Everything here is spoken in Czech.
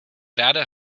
ráda